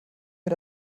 wir